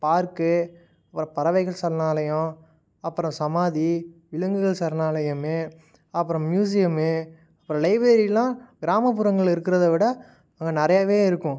park அப்புறம் பறவைகள் சரணாலயம் அப்புறம் சமாதி விலங்குகள் சரணாலயம் அப்புறம் மியூசியமு அப்பறம் லைப்ரரிலாம் கிராமப்புறங்களில் இருக்கிறத விட அங்கே நிறையாவே இருக்கும்